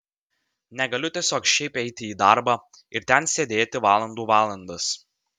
negaliu tiesiog šiaip eiti į darbą ir ten sėdėti valandų valandas